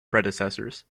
predecessors